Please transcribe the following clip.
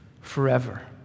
forever